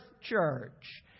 church